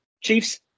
Chiefs